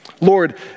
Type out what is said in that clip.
Lord